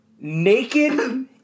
naked